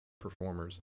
performers